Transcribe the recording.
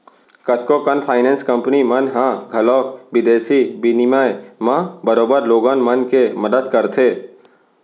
कतको कन finance company मन ह घलौक बिदेसी बिनिमय म बरोबर लोगन मन के मदत करथे